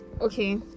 okay